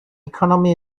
economy